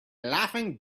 laughing